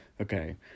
Okay